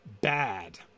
bad